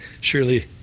Surely